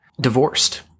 divorced